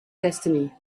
destiny